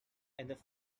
and